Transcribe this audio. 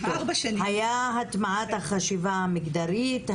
היה הטמעת החשיבה המגדרית.